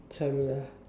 travel ah